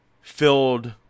filled